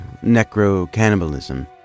necro-cannibalism